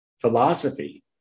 Philosophy